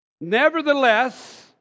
Nevertheless